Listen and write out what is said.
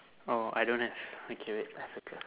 oh I don't have okay wait I circle